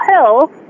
Hill